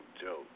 joke